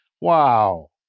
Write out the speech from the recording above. Wow